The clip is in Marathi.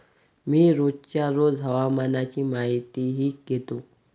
मी रोजच्या रोज हवामानाची माहितीही घेतो